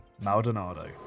Maldonado